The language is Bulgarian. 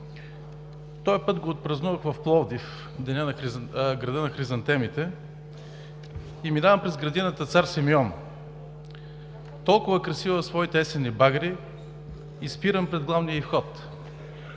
Този път го отпразнувах в Пловдив – града на хризантемите, и минавам през градината „Цар Симеон“, толкова красива в своите есенни багри, и спирам пред главния й вход.